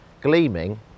Gleaming